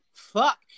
fuck